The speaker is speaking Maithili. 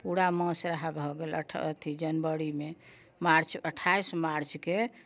पूरा मास रहै भऽ गेल अठ अथि जनवरीमे मार्च अठाइस मार्चके